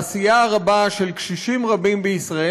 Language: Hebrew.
העשייה הרבה של קשישים רבים בישראל,